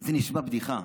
זה נשמע בדיחה,